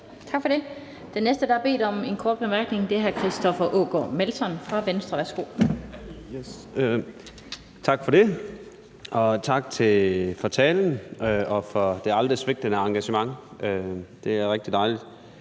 Tak for det. Den næste, der har bedt om en kort bemærkning, er hr. Christoffer Aagaard Melson fra Venstre. Værsgo. Kl. 20:22 Christoffer Aagaard Melson (V): Tak for det, og tak for talen og for det aldrig svigtende engagement. Det er rigtig dejligt.